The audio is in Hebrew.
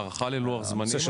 הערכה ללוח זמנים.